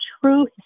true